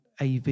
AV